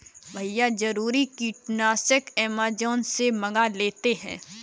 भैया जरूरी कीटनाशक अमेजॉन से मंगा लेते हैं